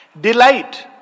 Delight